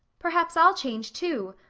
perhaps i'll change too.